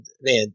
man